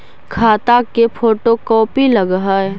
खाता के photo copy लगहै?